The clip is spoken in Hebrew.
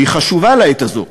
שהיא חשובה לעת הזו,